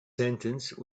sentence